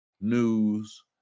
News